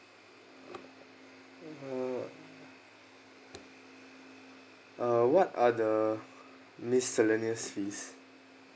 err uh what are the miscellaneous fees